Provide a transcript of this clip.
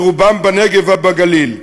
שרובם בנגב ובגליל,